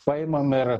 paimam merą